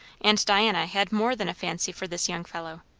and diana had more than a fancy for this young fellow?